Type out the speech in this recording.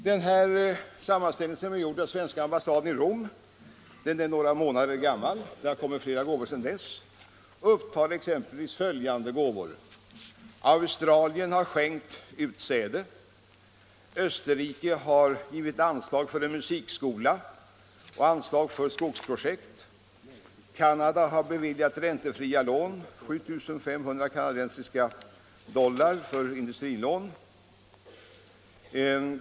Den här sammanställningen, som är gjord av svenska ambassaden i Rom, är några månader gammal — det har kommit flera förteckningar sedan dess — och den upptar följande gåvor: Australien har skänkt utsäde. Österrike har givit anslag till en musikskola och anslag till skogsprojekt. Canada har beviljat I miljon dollar i räntefria lån, 7 500 kanadensiska dollar för industrikampanj.